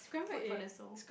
food for the soul